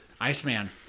Iceman